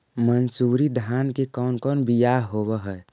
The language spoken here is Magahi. मनसूरी धान के कौन कौन बियाह होव हैं?